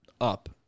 up